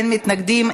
אין מתנגדים,